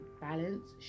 balance